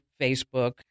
Facebook